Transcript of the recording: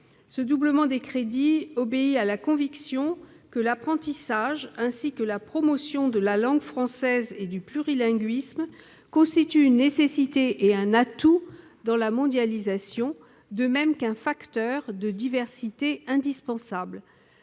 Le doublement de ces crédits résulte de la conviction que l'apprentissage ainsi que la promotion de la langue française et du plurilinguisme constituent une nécessité et un atout dans la mondialisation, de même qu'un facteur de diversité indispensable.